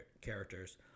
characters